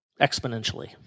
exponentially